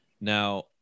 Now